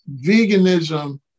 veganism